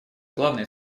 главной